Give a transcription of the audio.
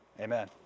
Amen